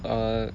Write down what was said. uh